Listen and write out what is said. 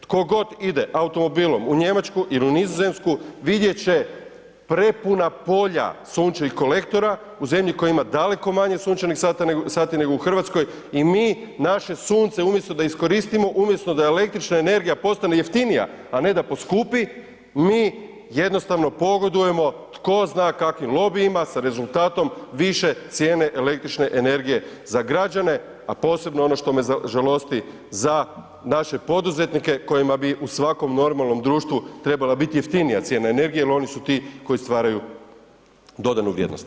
Tko god ide automobilom u Njemačku ili Nizozemsku vidjeti će prepuna polja sunčanih kolektora u zemlji koja ima daleko manje sunčanih sati nego u Hrvatskoj i mi naše sunce umjesto da iskoristimo, umjesto da električna energija postane jeftinija a ne da poskupi mi jednostavno pogodujemo tko zna kakvim lobijima sa rezultatom više cijene električne energije za građane a posebno ono što me žalosti za naše poduzetnike kojima bi u svakom normalnom društvu trebala biti jeftinija cijena energije jer oni su ti koji stvaraju dodanu vrijednost.